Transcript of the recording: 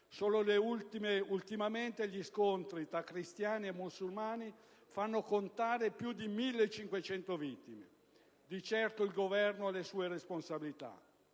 Solo ultimamente gli scontri tra cristiani e musulmani fanno contare più di 1.500 vittime. Di certo il Governo nigeriano ha le sue responsabilità.